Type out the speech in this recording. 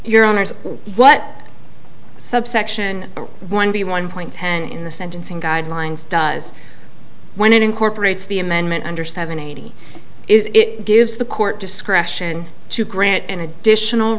honour's what subsection one b one point ten in the sentencing guidelines does when it incorporates the amendment under seventy eighty is it gives the court discretion to grant an additional